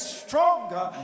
stronger